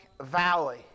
valley